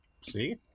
See